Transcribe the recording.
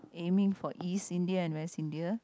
aiming for East India and West India